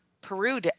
Peru